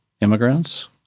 immigrants